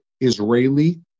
Israeli